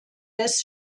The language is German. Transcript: des